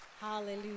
Hallelujah